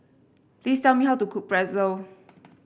please tell me how to cook Pretzel